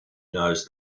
knows